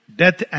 death